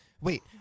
Wait